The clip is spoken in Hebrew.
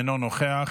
אינו נוכח,